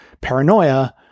paranoia